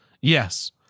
Yes